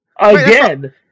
Again